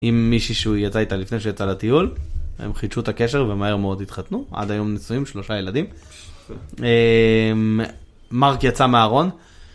עם מישהי שהוא יצא איתה לפני שהוא יצאהף לטיול, הם חידשו את הקשר ומהר מאוד התחתנו, עד היום נשואים, שלושה ילדים. מרק יצא מהארון.